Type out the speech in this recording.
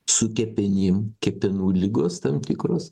su kepenim kepenų ligos tam tikros